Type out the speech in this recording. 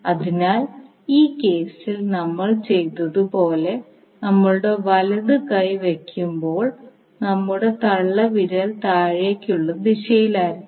അതിനാൽ ഈ കേസിൽ നമ്മൾ ചെയ്തതു പോലെ നമ്മളുടെ വലതു കൈ വയ്ക്കുമ്പോൾ നമ്മളുടെ തള്ളവിരൽ താഴേക്കുള്ള ദിശയിലായിരിക്കും